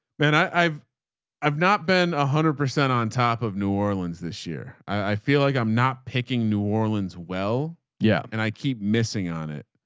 man. i i've, i've not been a hundred percent on top of orleans this year. i feel like i'm not picking new orleans. well, yeah. and i keep missing on it.